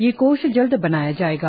यह कोष जल्द बनाया जाएगा